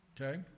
okay